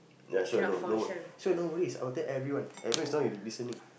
ya sure no no sure no worries I will tell you every one every one as long as you listening